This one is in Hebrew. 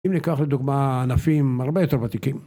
אם ניקח לדוגמה ענפים הרבה יותר ותיקים.